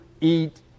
eat